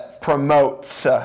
promotes